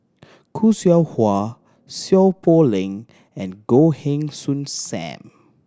Khoo Seow Hwa Seow Poh Leng and Goh Heng Soon Sam